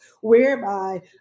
whereby